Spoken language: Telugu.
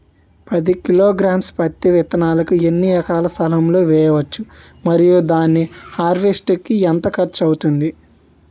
పది కిలోగ్రామ్స్ పత్తి విత్తనాలను ఎన్ని ఎకరాల స్థలం లొ వేయవచ్చు? మరియు దాని హార్వెస్ట్ కి ఎంత ఖర్చు అవుతుంది?